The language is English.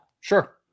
sure